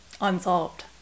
unsolved